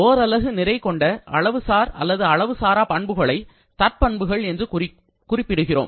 ஓரலகு நிறை கொண்ட அளவு சார் அல்லது அளவு சாரா பண்புகளை தற்பண்புகள் என்று குறிப்பிடுகிறோம்